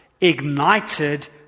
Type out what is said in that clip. ignited